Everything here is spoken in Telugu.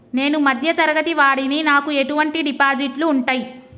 నేను మధ్య తరగతి వాడిని నాకు ఎటువంటి డిపాజిట్లు ఉంటయ్?